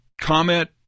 Comment